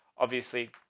obviously,